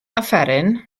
offeryn